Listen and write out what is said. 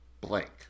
blank